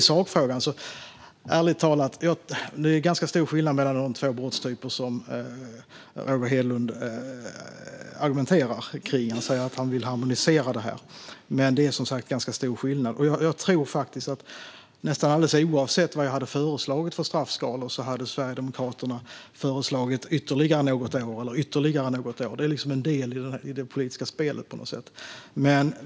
I sakfrågan är det ärligt talat ganska stor skillnad mellan de två brottstyper som Roger Hedlund argumenterar kring när han säger att han vill harmonisera detta. Jag tror att nästan alldeles oavsett vilka straffskalor jag hade föreslagit skulle Sverigedemokraterna ha föreslagit ytterligare något år. Det är på något sätt en del i det politiska spelet.